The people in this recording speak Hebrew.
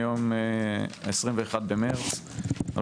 היום 21 במרץ 2023,